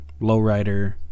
lowrider